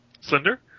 slender